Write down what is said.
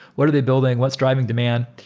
what are they building? what's driving demand?